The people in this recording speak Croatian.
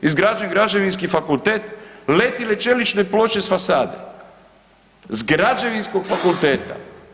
Izgrađen Građevinski fakultet letjele čelične ploče sa fasade, s Građevinskog fakulteta.